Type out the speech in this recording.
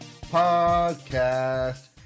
Podcast